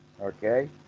Okay